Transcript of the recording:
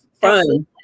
fun